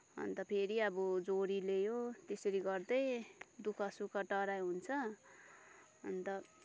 अन्त फेरि अब जोडी ल्यायो त्यसरी गर्दै दुःख सुख टराइ हुन्छ अन्त